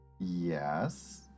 Yes